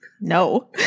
No